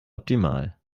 optimal